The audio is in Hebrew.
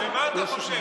ממה אתה חושש?